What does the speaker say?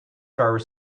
very